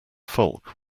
folk